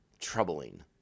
troubling